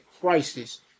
crisis